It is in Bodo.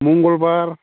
मंगलबार